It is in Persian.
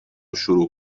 شروع